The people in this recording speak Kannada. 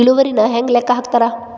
ಇಳುವರಿನ ಹೆಂಗ ಲೆಕ್ಕ ಹಾಕ್ತಾರಾ